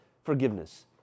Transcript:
forgiveness